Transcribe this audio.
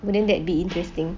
wouldn't that be interesting